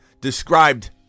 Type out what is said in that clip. described